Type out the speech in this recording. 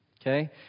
Okay